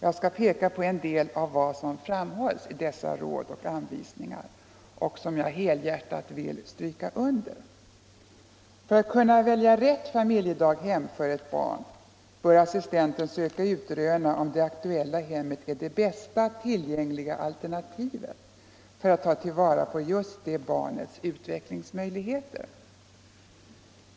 Jag skall peka på en del av det som framhålls i dessa Råd och anvisningar och som jag helhjärtat vill instämma i. För att kunna välja rätt familjedaghem för ett barn bör assistenten söka utröna om det aktuella hemmet är det bästa tillgängliga alternativet för att ta till vara just det barnets utvecklingsmöjligheter.